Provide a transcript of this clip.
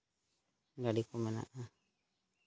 ᱜᱟᱹᱰᱤ ᱠᱚ ᱢᱮᱱᱟᱜᱼᱟ